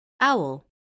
OWL